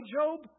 Job